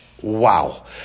Wow